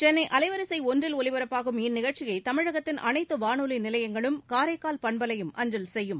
சென்னைஅலைவரிசைஒன்றில் ஒலிபரப்பாகும் இந்நிகழ்ச்சியை தமிழகத்தின் அனைத்துவானொலிநிலையங்களும் காரைக்கால் பண்பலையும் அஞ்சல் செய்யும்